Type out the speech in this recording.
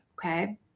Okay